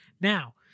Now